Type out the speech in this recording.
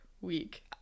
week